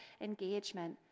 engagement